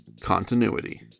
Continuity